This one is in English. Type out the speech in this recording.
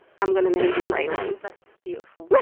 i'm gonna name him raylan that's beautiful.